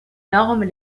normes